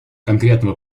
конкретного